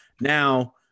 Now